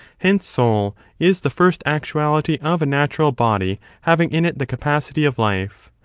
hence soul is the first actuality of a natural body having in it the capacity of life.